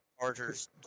Chargers